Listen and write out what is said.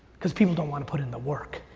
cause people don't wanna put in the work.